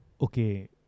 okay